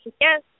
Yes